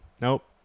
nope